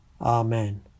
Amen